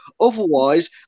Otherwise